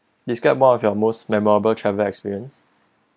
describe more of your most memorable travel experience